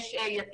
דגש יותר.